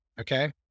Okay